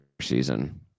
season